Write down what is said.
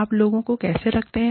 आप लोगों को कैसे रखते हैं